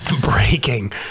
Breaking